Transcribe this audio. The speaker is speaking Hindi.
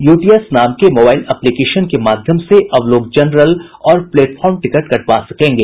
यूटीएस नाम के मोबाईल एप्लीकेशन के माध्यम से अब लोग जनरल और प्लेटफॉर्म टिकट कटवा सकेंगे